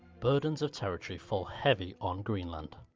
burdens of territory fall heavy on greenland.